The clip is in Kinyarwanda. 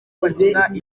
bagakina